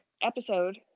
episode